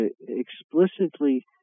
explicitly